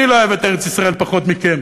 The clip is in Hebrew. אני לא אוהב את ארץ-ישראל פחות מכם,